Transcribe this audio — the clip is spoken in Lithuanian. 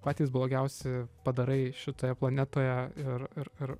patys blogiausi padarai šitoje planetoje ir ir ir